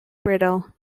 brittle